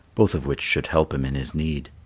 both of which should help him in his need.